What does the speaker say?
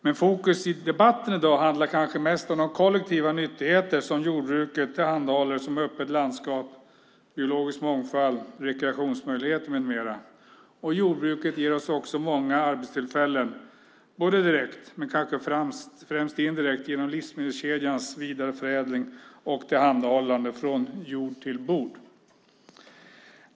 Men fokus i debatten i dag handlar kanske mest om de kollektiva nyttigheter som jordbruket tillhandahåller, som ett öppet landskap, biologisk mångfald, rekreationsmöjligheter med mera. Jordbruket ger oss också många arbetstillfällen, direkt men kanske främst indirekt genom livsmedelskedjans vidareförädling och tillhandahållande - från jord till bord.